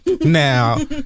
Now